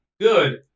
good